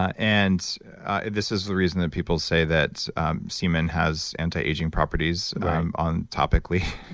and this is the reason that people say that semen has anti-aging properties on topically